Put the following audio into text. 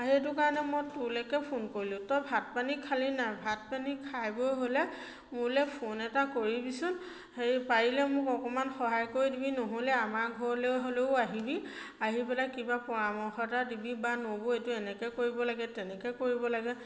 সেইটো কাৰণে মই তোৰলৈকে ফোন কৰিলোঁ তই ভাত পানী খালি নাই ভাত পানী খাই বৈ হ'লে মোলৈ ফোন এটা কৰিবিচোন হেৰি পাৰিলে মোক অকণমান সহায় কৰি দিবি নহ'লে আমাৰ ঘৰলৈ হ'লেও আহিবি আহি পেলাই কিবা পৰামৰ্শ এটা দিবি বা নবৌ এইটো এনেকৈ কৰিব লাগে তেনেকৈ কৰিব লাগে